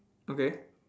okay